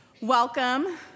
welcome